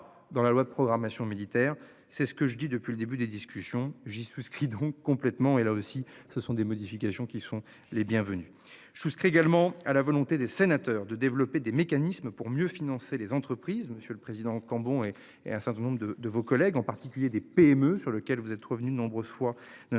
dans la loi de programmation militaire. C'est ce que je dis depuis le début des discussions. J'ai souscrit donc complètement et là aussi ce sont des modifications qui sont les bienvenus. Je souscris également à la volonté des sénateurs de développer des mécanismes pour mieux financer les entreprises. Monsieur le Président Cambon et et un certain nombre de, de vos collègues en particulier des PME sur lequel vous êtes revenu nombreux soit notre